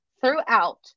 throughout